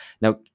Now